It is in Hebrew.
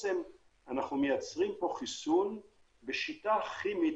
שבעצם אנחנו מייצרים פה חיסון בשיטה כימית,